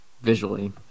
Visually